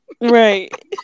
Right